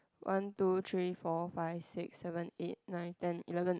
one two three four five six seven eight nine ten eleven